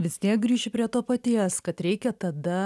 vis tiek grįšiu prie to paties kad reikia tada